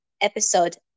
episode